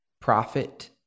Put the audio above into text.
profit